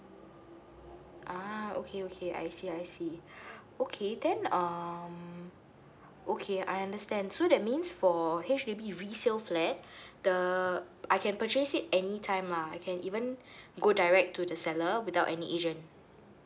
ah okay okay I see I see okay then um okay I understand so that means for H_D_B resale flat the I can purchase it any time lah I can even go direct to the seller without any agent